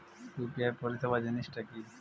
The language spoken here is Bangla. ইউ.পি.আই পরিসেবা জিনিসটা কি?